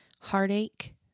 heartache